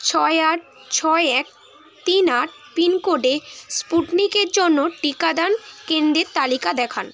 ছয় আট ছয় এক তিন আট পিনকোডে স্পুটনিকের জন্য টিকাদান কেন্দ্রের তালিকা দেখান